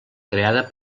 creada